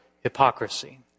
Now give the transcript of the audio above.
hypocrisy